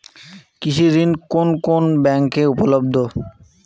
কৃষি ঋণ কোন কোন ব্যাংকে উপলব্ধ?